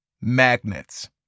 magnets